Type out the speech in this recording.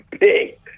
big